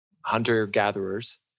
hunter-gatherers